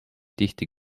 tihti